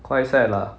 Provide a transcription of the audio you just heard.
quite sad lah